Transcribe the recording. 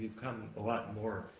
become a lot more